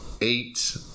eight